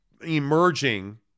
emerging